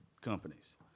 companies